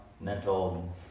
mental